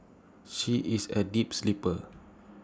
she is A deep sleeper